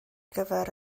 gyfer